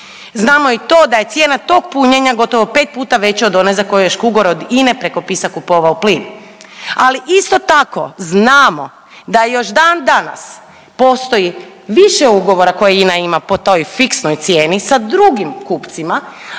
Znamo i to da je cijena tog punjenja gotovo 5 puta veća od one za koju je Škugor od INA-e preko PIS-a kupovao plin. Ali isto tako znamo da još dan danas postoji više ugovora koje INA ima po toj fiksnoj cijeni sa drugim kupcima,